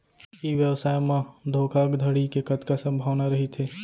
ई व्यवसाय म धोका धड़ी के कतका संभावना रहिथे?